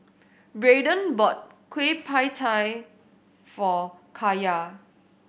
Braiden bought Kueh Pie Tee for Kaya